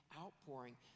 outpouring